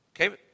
Okay